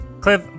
Cliff